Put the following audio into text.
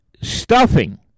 stuffing